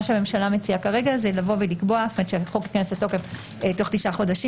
מה שהממשלה מציעה כרגע זה לקבוע שהחוק ייכנס לתוקף תוך תשעה חודשים